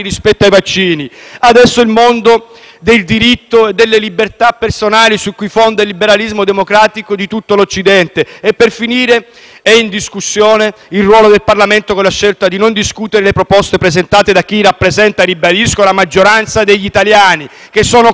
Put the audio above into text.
del diritto e delle libertà personali su cui si fonda il liberalismo democratico di tutto l'Occidente. Per finire, è in discussione il ruolo del Parlamento con la scelta di non discutere le proposte presentate da chi rappresenta - ribadisco - la maggioranza degli italiani, che sono quelli che non vi hanno votato.